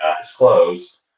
disclose